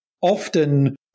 often